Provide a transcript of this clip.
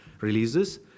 releases